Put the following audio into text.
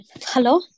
hello